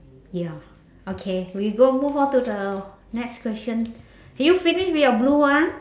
ya okay we go move on to the next question are you finished with your blue one